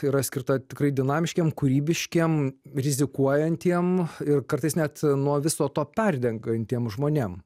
yra skirta tikrai dinamiškiem kūrybiškiem rizikuojantiem ir kartais net nuo viso to perdegantiem žmonėm